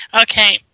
Okay